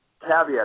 caveat